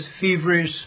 feverish